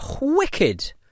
wicked